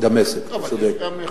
דמשק, אתה צודק.